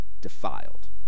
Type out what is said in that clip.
defiled